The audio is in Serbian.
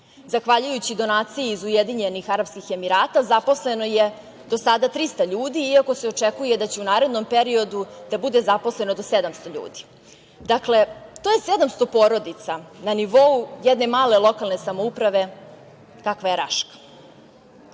zahvaljujući donaciji iz Ujedinjenih Arapskih Emirata. Zaposleno je do sada 300 ljudi, iako se očekuje da će u narednom periodu da bude zaposleno do 700 ljudi. Dakle, to je 700 porodica na nivou jedne male lokalne samouprave kakva je Raška. Mi